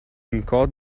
encode